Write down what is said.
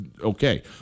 okay